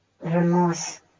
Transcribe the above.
remorse